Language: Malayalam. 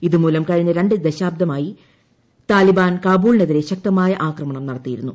ഇതുമൂലം കഴിഞ്ഞ ര ് ദശാബ്ദമായി താലിബാൻ കാബൂളിനെതിരെ ശക്തമായ ആക്രമണം നടത്തിയിരുന്നു